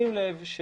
שים לב.